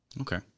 okay